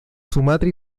sumatra